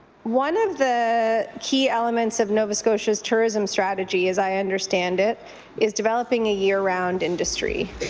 one of the key elements of nova scotia's tourism strategy as i understand it is developing a year-round industry.